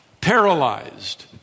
Paralyzed